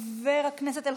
חברת הכנסת ברק?